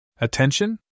Attention